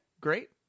great